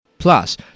Plus